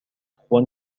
trois